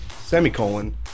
semicolon